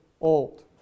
old